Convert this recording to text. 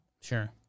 Sure